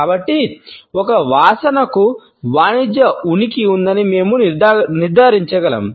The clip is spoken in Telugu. కాబట్టి ఒక వాసనకు వాణిజ్య ఉనికి ఉందని మేము నిర్ధారించగలము